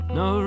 no